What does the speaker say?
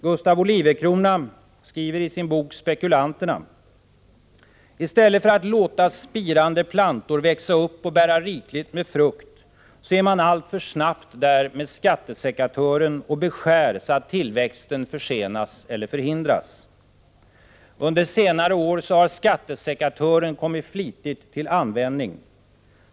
Gustaf Olivecrona skriver i sin bok Spekulanterna: ”I stället för att låta spirande plantor växa upp och bära rikligt med frukt är man alltför snabbt där med skattesekatören och beskär så att tillväxten försenas eller förhindras.” Under senare år har skattesekatören kommit flitigt till användning.